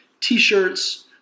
T-shirts